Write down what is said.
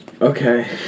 Okay